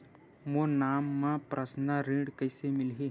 मोर नाम म परसनल ऋण कइसे मिलही?